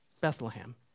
Bethlehem